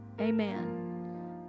Amen